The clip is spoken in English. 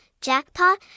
jackpot